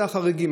זה החריגים,